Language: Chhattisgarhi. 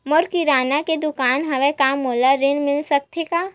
मोर किराना के दुकान हवय का मोला ऋण मिल सकथे का?